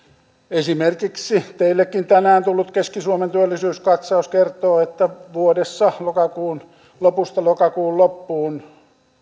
esimerkiksi teillekin tänään tullut keski suomen työllisyyskatsaus kertoo että vuodessa lokakuun lopusta lokakuun loppuun